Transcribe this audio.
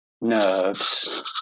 nerves